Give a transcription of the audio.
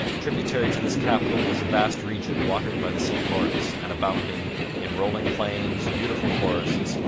tributary to this capital was a vast region watered by the st lawrence and abounding in rolling plains, beautiful forests,